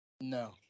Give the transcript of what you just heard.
No